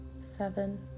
seven